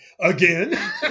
Again